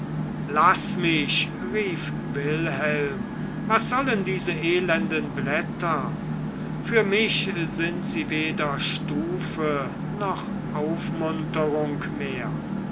laß mich rief wilhelm was sollen diese elenden blätter für mich sind sie weder stufe noch aufmunterung mehr